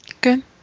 Good